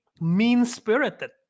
mean-spirited